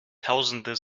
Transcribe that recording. tausende